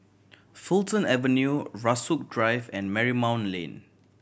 Fulton Avenue Rasok Drive and Marymount Lane